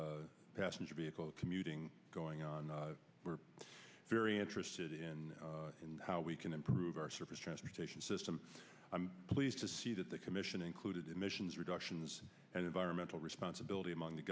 passenger vehicle commuting going on we're very interested in how we can improve our surface transportation system i'm pleased to see that the commission included emissions reductions and environmental responsibility among the